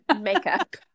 makeup